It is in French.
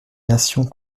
nations